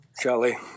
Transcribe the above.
Shelly